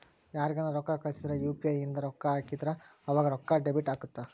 ಯಾರ್ಗನ ರೊಕ್ಕ ಕಳ್ಸಿದ್ರ ಯು.ಪಿ.ಇ ಇಂದ ರೊಕ್ಕ ಹಾಕಿದ್ರ ಆವಾಗ ರೊಕ್ಕ ಡೆಬಿಟ್ ಅಗುತ್ತ